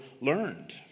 learned